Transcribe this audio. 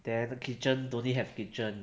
then kitchen don't need have kitchen